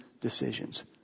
decisions